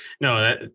No